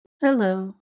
Hello